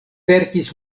verkis